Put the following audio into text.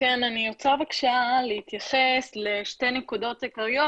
אני רוצה להתייחס לשתי נקודות עיקריות